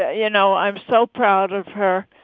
ah you know, i'm so proud of her.